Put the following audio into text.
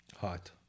Hot